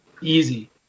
Easy